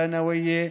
חטיבות ביניים,